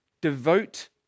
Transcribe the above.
devote